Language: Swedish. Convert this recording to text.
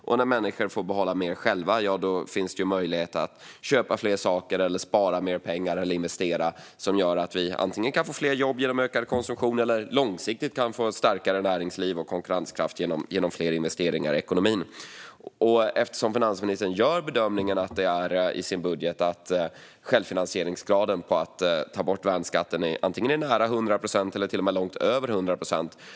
Och när människor får behålla mer själva finns det möjlighet att köpa fler saker, spara mer pengar eller investera. Det gör att vi antingen kan få mer jobb genom ökad konsumtion eller att vi långsiktigt kan få starkare näringsliv och konkurrenskraft genom fler investeringar i ekonomin. Finansministern gör bedömningen i sin budget att självfinansieringsgraden av att ta bort värnskatten är antingen nära 100 procent eller till och med långt över 100 procent.